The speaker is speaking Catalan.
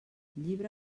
llibre